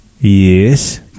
Yes